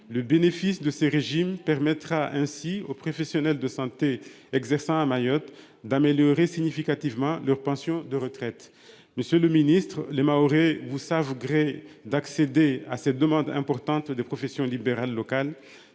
Le bénéfice de ces régimes permettra aux professionnels de santé exerçant à Mayotte d'améliorer significativement leur pension de retraite. Monsieur le ministre, les Mahorais vous savent gré d'accéder à cette demande importante des professions libérales locales.